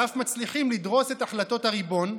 ואף מצליחים, לדרוס את החלטות הריבון,